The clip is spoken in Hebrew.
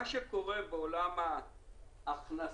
מה שקורה בעולם ההכנסה,